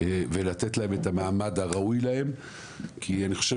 ולתת להם את המעמד הראוי להם כי אני יושב